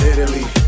Italy